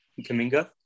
Kaminga